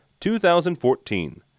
2014